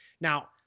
Now